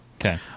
Okay